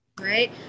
Right